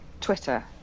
twitter